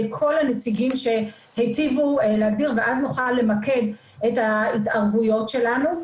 כל הנציגים שהיטיבו להגדיר ואז נוכל למקד את ההתערבויות שלנו.